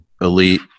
elite